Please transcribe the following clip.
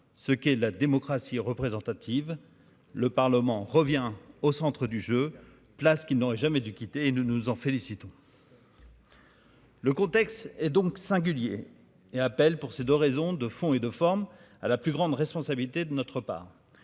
ce qu'est la démocratie représentative, le Parlement revient au centre du jeu place qui n'aurait jamais dû quitter et nous nous en félicitons. Le contexte et donc singulier et appelle pour ces 2 raisons de fond et de forme à la plus grande responsabilité de notre part,